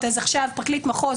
אז עכשיו פרקליט מחוז,